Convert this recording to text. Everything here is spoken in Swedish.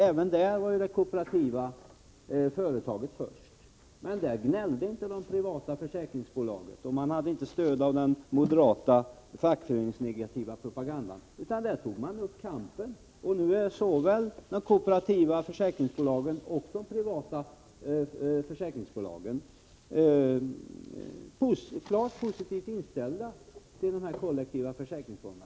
Även där var det kooperativa företaget först, men där gnällde inte de privata försäkringsbolagen, och man hade inte stöd av den moderata fackföreningsnegativa propagandan, utan där tog man upp kampen. Nu är såväl det kooperativa försäkringsbolaget som de privata försäkringsbolagen klart positivt inställda till den kollektiva försäkringsformen.